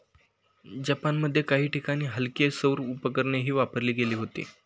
जपानमध्ये काही ठिकाणी हलकी सौर उपकरणेही वापरली गेली होती